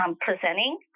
presenting